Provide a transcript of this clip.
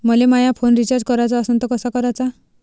मले माया phone recharge कराचा असन तर कसा कराचा?